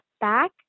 back